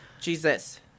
Jesus